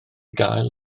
gael